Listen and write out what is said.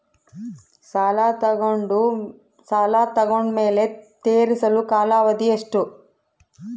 ಸಾಲ ತಗೊಂಡು ಮೇಲೆ ತೇರಿಸಲು ಕಾಲಾವಧಿ ಎಷ್ಟು?